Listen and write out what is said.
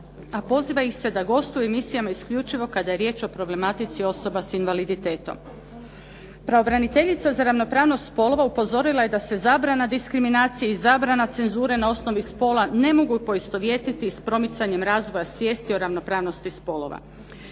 a poziva ih se da gostuju u emisijama isključivo kada je riječ o problematici osoba sa invaliditetom. Pravobraniteljica za ravnopravnost spolova upozorila je da se zabrana diskriminacije i zabrana cenzure na osnovi spola ne mogu poistovjetiti s promicanjem razvoja svijesti o ravnopravnosti spolova.